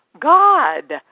God